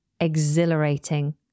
Exhilarating